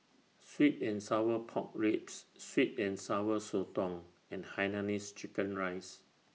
Sweet and Sour Pork Ribs Sweet and Sour Sotong and Hainanese Chicken Rice